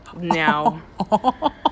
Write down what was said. now